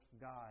God